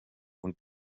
und